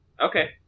Okay